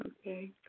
Okay